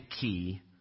key